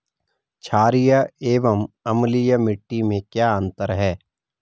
छारीय एवं अम्लीय मिट्टी में क्या अंतर है?